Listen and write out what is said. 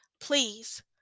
Please